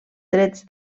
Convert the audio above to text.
trets